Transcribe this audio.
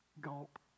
Gulp